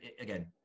again